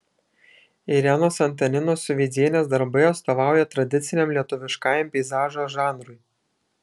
irenos antaninos suveizdienės darbai atstovauja tradiciniam lietuviškajam peizažo žanrui